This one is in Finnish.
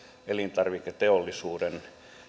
elintarviketeollisuuden